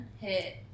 hit